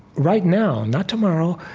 right now, not tomorrow,